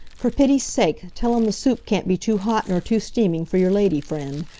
for pity's sake, tell em the soup can't be too hot nor too steaming for your lady friend.